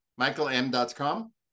Michaelm.com